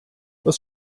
was